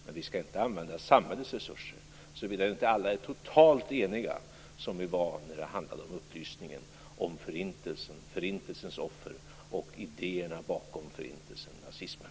Men vi skall inte använda samhällets resurser, såvida inte alla är totalt eniga, som vi var när det handlade om upplysningen om Förintelsen, Förintelsens offer och idéerna bakom Förintelsen, nazismen.